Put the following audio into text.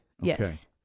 Yes